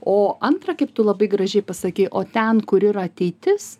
o antra kaip tu labai gražiai pasakei o ten kur ir ateitis